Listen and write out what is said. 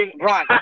right